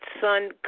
son